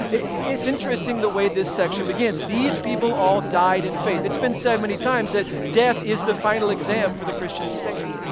it's interesting the way this section begins. these people all died in faith. it's been said many times that death is the final exam for the christian's faith.